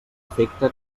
afecta